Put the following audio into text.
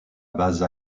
base